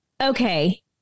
Okay